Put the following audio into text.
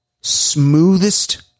smoothest